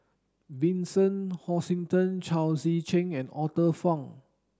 Vincent Hoisington Chao Tzee Cheng and Arthur Fong